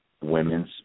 women's